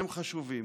הם חשובים.